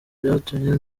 byatumye